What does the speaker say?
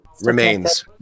remains